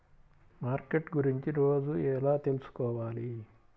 Market గురించి రోజు ఎలా తెలుసుకోవాలి?